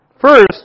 First